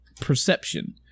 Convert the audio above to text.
perception